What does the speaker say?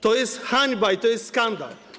To jest hańba i to jest skandal.